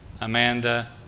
amanda